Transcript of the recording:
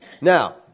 Now